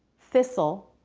thistle,